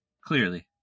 Clearly